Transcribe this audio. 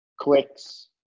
clicks